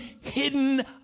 hidden